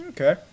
Okay